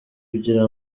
ugira